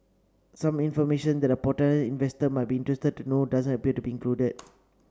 some information that a potential investor might be interested to know doesn't appear to be included